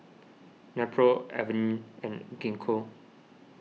Nepro Avene and Gingko